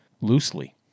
loosely